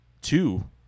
two